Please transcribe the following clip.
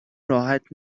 راحت